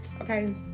Okay